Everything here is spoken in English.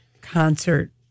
concert